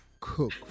cook